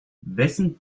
wessen